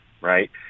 right